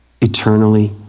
eternally